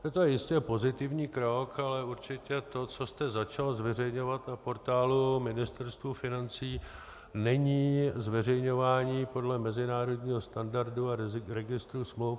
Je to i jistě pozitivní krok, ale určitě to, co jste začal zveřejňovat na portálu Ministerstva financí, není zveřejňování podle mezinárodního standardu a registru smluv.